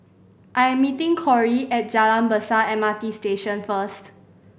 I am meeting Cori at Jalan Besar M R T Station first